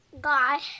God